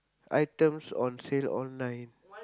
items on sale online